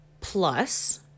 plus